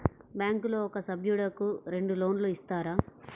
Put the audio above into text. బ్యాంకులో ఒక సభ్యుడకు రెండు లోన్లు ఇస్తారా?